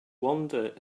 wander